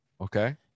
Okay